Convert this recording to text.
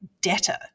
debtor